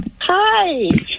Hi